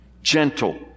gentle